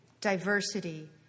diversity